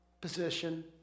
position